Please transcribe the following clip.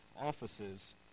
offices